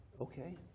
okay